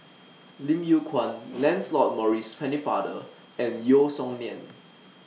Lim Yew Kuan Lancelot Maurice Pennefather and Yeo Song Nian